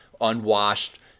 unwashed